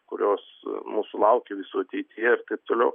kurios mūsų laukia visų ateityje ir taip toliau